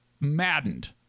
maddened